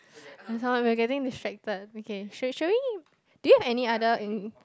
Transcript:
we are getting distracted okay should should we need do you have any other in